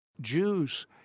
Jews